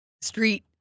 Street